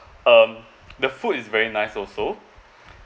um the food is very nice also